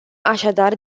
așadar